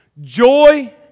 Joy